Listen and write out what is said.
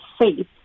faith